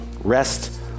Rest